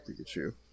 Pikachu